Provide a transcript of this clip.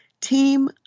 team